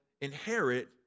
inherit